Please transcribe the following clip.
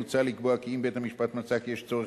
מוצע לקבוע כי אם בית-המשפט מצא כי יש צורך